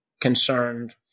concerned